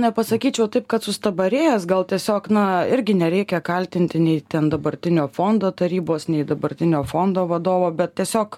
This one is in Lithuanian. nepasakyčiau taip kad sustabarėjęs gal tiesiog na irgi nereikia kaltinti nei ten dabartinio fondo tarybos nei dabartinio fondo vadovo bet tiesiog